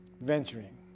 venturing